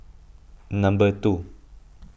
number two